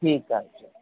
ठीकु आहे